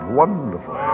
wonderful